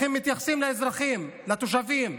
הם מתייחסים לאזרחים, לתושבים,